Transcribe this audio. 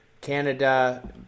Canada